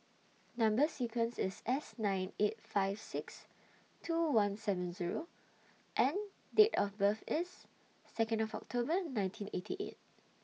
Number sequence IS S nine eight five six two one seven Zero and Date of birth IS Second of October nineteen eighty eight